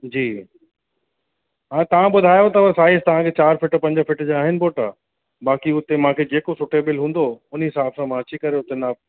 जी हा तव्हां ॿुधायो अथव साइज़ तव्हांखे चारि फीट पंज फीट जा आहिनि बोटा बाकी हुते मूंखे जेको सूटेबिल हूंदो उन हिसाब सां मां अची करे हुते नाप